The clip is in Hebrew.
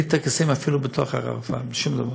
בלי טקסים אפילו בתוך הרחבה, שום דבר,